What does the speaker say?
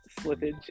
slippage